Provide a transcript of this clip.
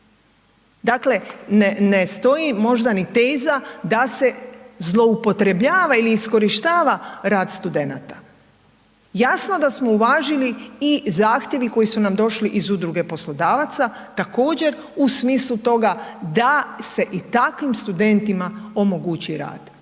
dakle ne stoji možda ni teza da se zloupotrebljava ili iskorištava rad studenata. Jasno da smo uvažili i zahtjeve koji su nam došli iz udruge poslodavaca također u smislu toga da se i takvim studentima omogući rad.